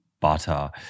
butter